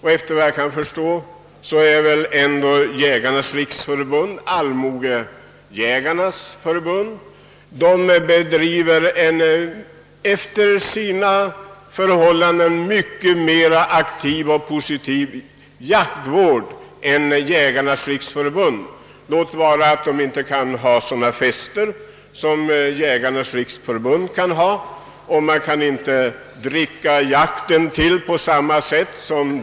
Efter vad jag kan förstå är Jägarnas riksförbund allmogejägarnas förbund. Det bedriver en efter sina förhållanden mycket mera aktiv och positiv jaktvård än Svenska jägareförbundet — låt vara att man där inte kan ha sådana fester som man kan i Svenska jägareförbundet och att man inte kan »dricka jakten till» på samma sätt.